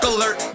Alert